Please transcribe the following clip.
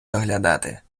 доглядати